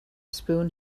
spoon